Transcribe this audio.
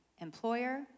employer